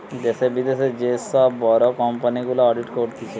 দ্যাশে, বিদ্যাশে যে সব বড় কোম্পানি গুলা অডিট করতিছে